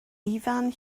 ifan